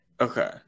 Okay